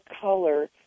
color